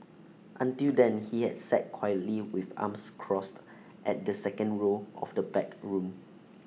until then he had sat quietly with arms crossed at the second row of the packed room